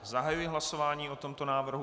Zahajuji hlasování o tomto návrhu.